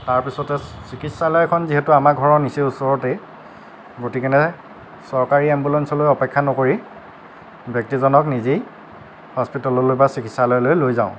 তাৰ পাছতে চিকিৎসালয়খন যিহেতু আমাৰ ঘৰৰ নিচেই ওচৰতেই গতিকে চৰকাৰী এম্বুলেন্সলৈ অপেক্ষা নকৰি ব্যক্তিজনক নিজেই হস্পিতেললৈ বা চিকিৎসালয়লৈ লৈ যাওঁ